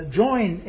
join